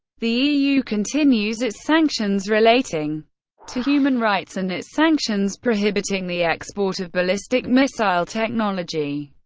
the eu continues its sanctions relating to human rights and its sanctions prohibiting the export of ballistic missile technology.